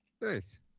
Nice